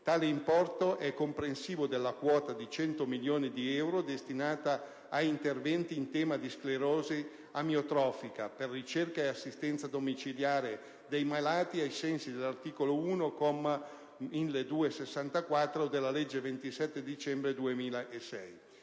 Tale importo è comprensivo della quota di 100 milioni di euro destinata a interventi in tema di sclerosi amiotrofica per ricerca e assistenza domiciliare dei malati, ai sensi dell'articolo 1, comma 1264, della legge 27 dicembre 2006,